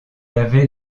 avait